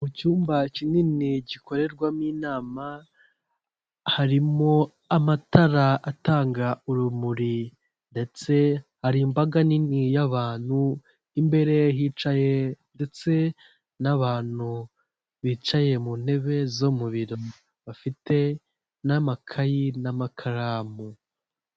Mu cyumba kinini gikorerwamo inama, harimo amatara atanga urumuri ndetse hari imbaga nini y'abantu, imbere hicaye ndetse n'abantu bicaye mu ntebe zo mu biro bafite n'amakayi n'amakaramu.